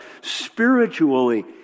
spiritually